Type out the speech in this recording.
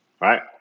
Right